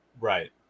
Right